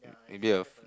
you don't have